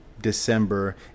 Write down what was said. December